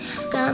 Got